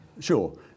Sure